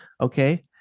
Okay